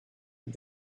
and